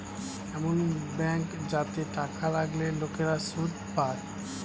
এমন ব্যাঙ্ক যাতে টাকা রাখলে লোকেরা সুদ পায়